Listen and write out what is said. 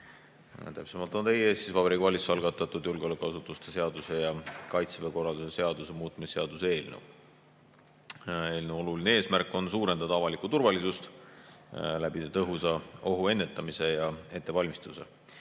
Täpsemalt on teie ees siis Vabariigi Valitsuse algatatud julgeolekuasutuste seaduse ja Kaitseväe korralduse seaduse muutmise seaduse eelnõu. Eelnõu oluline eesmärk on suurendada avalikku turvalisust tõhusa ohuennetuse ja ettevalmistuse